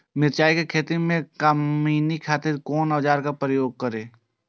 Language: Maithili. मिरचाई के खेती में कमनी खातिर कुन औजार के प्रयोग करी?